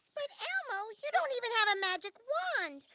but elmo, you don't even have a magic wand.